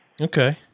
Okay